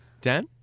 Dan